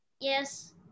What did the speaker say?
Yes